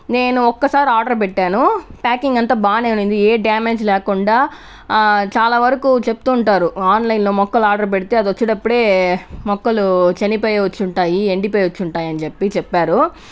నేను ఒక్కసారి ఆర్డర్ పెట్టాను ప్యాకింగ్ అంత బాగానే ఉన్నింది ఏ డ్యామేజ్ లేకుండా చాలా వరకు చెప్తుంటారు ఆన్లైన్ లో మొక్కలు ఆర్డర్ పెడితే అది వచ్చెటప్పుడే మొక్కలు చనిపోయి వచ్చుంటాయి ఎండిపోయోచ్చుటాయి అని చెప్పి చెప్పారు